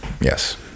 yes